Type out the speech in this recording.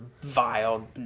vile